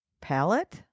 Palette